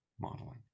modeling